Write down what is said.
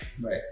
Right